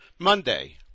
Monday